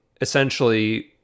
essentially